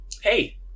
hey